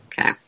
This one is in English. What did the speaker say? Okay